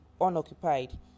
unoccupied